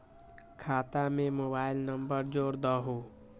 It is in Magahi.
खाता में मोबाइल नंबर जोड़ दहु?